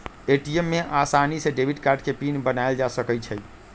ATM में आसानी से डेबिट कार्ड के पिन बनायल जा सकई छई